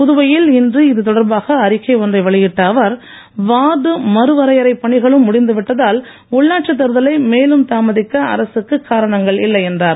புதுவையில் இன்று இது தொடர்பாக அறிக்கை ஒன்றை வெளியிட்ட அவர் வார்டு மறுவரையறை பணிகளும் முடிந்து விட்டதால் உள்ளாட்சி தேர்தலை மேலும் தாமதிக்க அரசுக்கு காரணங்கள் இல்லை என்றார்